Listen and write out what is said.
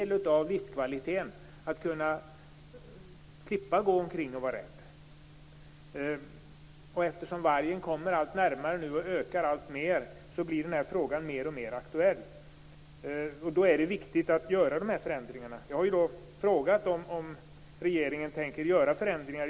Livskvalitet innebär att slippa vara rädd. Eftersom vargarna kommer närmare och blir fler till antalet blir frågan mer och mer aktuell. Då är det viktigt med förändringar.